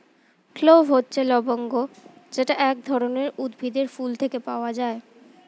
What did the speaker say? clove হচ্ছে লবঙ্গ যেটা এক ধরনের উদ্ভিদের ফুল থেকে পাওয়া